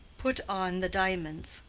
put on the diamonds,